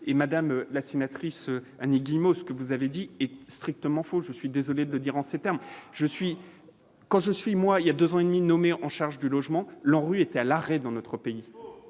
et Madame la sénatrice Annie Guillemot, ce que vous avez dit est strictement faux, je suis désolé de le dire en ces termes, je suis quand je suis moi, il y a 2 ans et demi nommée en charge du logement, l'ANRU étaient à l'arrêt dans notre pays,